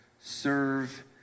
Serve